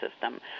system